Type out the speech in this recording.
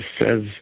says